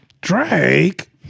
Drake